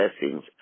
blessings